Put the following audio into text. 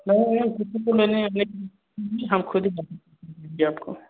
नहीं नहीं किसी को लेने आने हम ख़ुद ही आपको